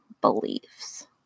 beliefs